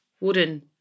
wooden